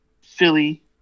Philly